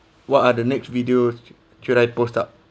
what are the next video should I post up